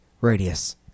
Radius